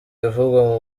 ibivugwa